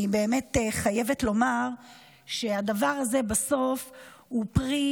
אני באמת חייבת לומר שהדבר הזה בסוף הוא פרי